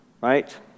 right